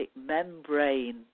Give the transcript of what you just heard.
membrane